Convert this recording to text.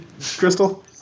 crystal